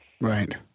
Right